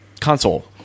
console